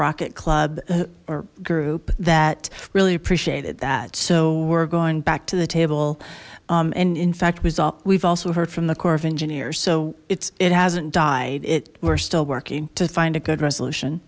rocket club a group that really appreciated that so we're going back to the table and in fact result we've also heard from the corps of engineers so it's it hasn't died it we're still working to find a good resolution